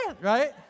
Right